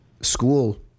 school